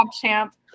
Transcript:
champ